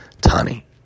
Tani